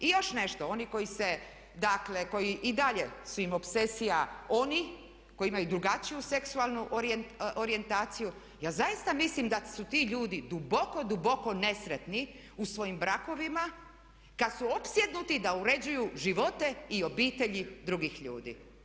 I još nešto, oni koji se, dakle koji i dalje im je opsesija oni koji imaju drugačiju seksualnu orijentaciju ja zaista mislim da su ti ljudi duboko, duboko nesretni u svojim brakovima kad su opsjednuti da uređuju živote i obitelji drugih ljudi.